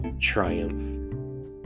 triumph